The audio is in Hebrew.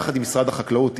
יחד עם משרד החקלאות,